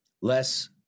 less